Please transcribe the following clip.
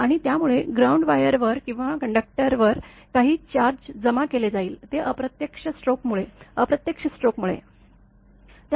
आणि यामुळे ग्राउंड वायरवर किंवा कंडक्टरवर काही चार्ज जमा केले जाईल ते अप्रत्यक्ष स्ट्रोक मुळे अप्रत्यक्ष स्ट्रोक मुळे